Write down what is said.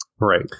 Right